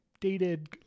dated